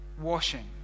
washing